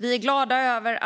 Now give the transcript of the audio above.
Vi är glada över